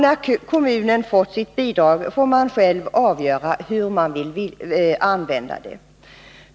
När kommunen fått sitt bidrag får den själv avgöra hur den vill använda det.